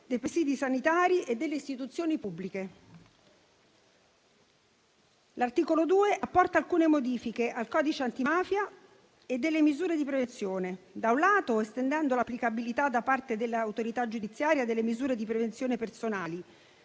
dei presidi sanitari e delle istituzioni pubbliche. L'articolo 2 apporta alcune modifiche al codice antimafia e misure di prevenzione, da un lato, estendendo l'applicabilità da parte dell'autorità giudiziaria delle misure di prevenzione personali